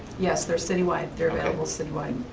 yes, they're citywide. they're available citywide.